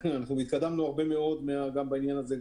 התקדמנו הרבה מאוד בעניין הזה.